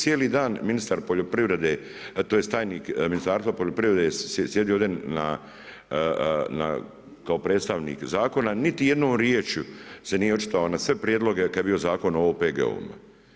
Cijeli dan Ministar poljoprivrede, tj. tajnik Ministarstva poljoprivrede sjedi ovdje kao predstavnik zakona niti jednom riječju se nije očitovao na sve prijedloge kada je bio Zakon o OPG-ovima.